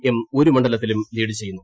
M ഒരു മണ്ഡലത്തിലും lead ചെയ്യുന്നു